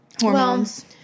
hormones